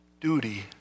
duty